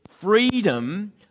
freedom